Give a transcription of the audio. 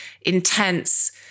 intense